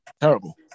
Terrible